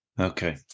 Okay